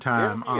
Time